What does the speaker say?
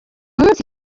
munsi